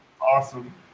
awesome